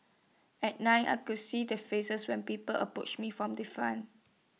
at night I could see the faces when people approached me from the front